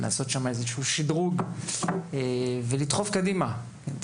לעשות שם איזשהו שדרוג ולדחוף קדימה את